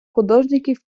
художників